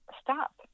stop